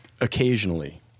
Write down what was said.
occasionally